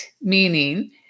meaning